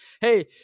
Hey